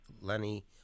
Lenny